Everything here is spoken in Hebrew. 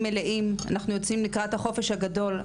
אנחנו יוצאים לקראת החופש הגדול,